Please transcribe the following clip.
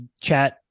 Chat